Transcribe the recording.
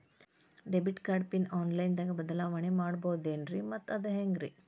Debit card pin online ದಾಗ ಬದಲಾವಣೆ ಮಾಡಬಹುದೇನ್ರಿ ಮತ್ತು ಅದು ಹೆಂಗ್ರಿ?